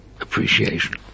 appreciation